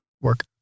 work